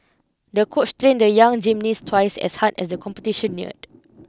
the coach train the young gymnast twice as hard as the competition neared